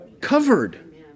covered